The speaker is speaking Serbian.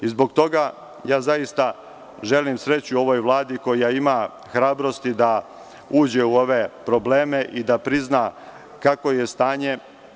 Zbog toga, želim sreću ovoj Vladi koja ima hrabrosti da uđe u ove probleme i da prizna kakvo je stanje.